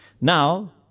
Now